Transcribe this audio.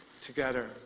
together